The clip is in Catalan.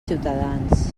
ciutadans